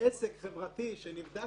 ומי שמנחה